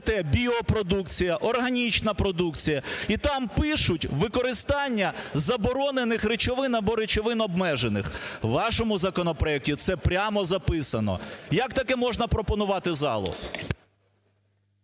ви берете біопродукція, органічна продукція, і там пишуть: "Використання заборонених речовин або речовин обмежених". У вашому законопроекті це прямо записано. Як таке можна пропонувати залу?